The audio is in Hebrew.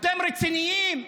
אתם רציניים?